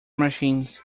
machines